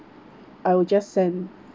I will just send